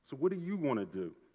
so what are you going to do